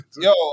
Yo